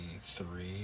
three